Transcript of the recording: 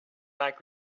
like